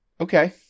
Okay